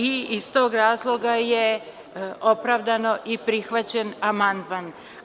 Iz tog razloga je opravdano i prihvaćen amandman.